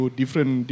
different